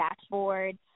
dashboard